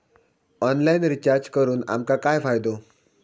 Online recharge करून आमका काय फायदो?